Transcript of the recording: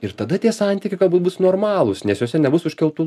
ir tada tie santykiai galbūt bus normalūs nes juose nebus užkeltų